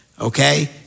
okay